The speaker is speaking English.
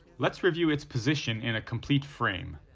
let's review its position in a complete frame.